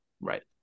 Right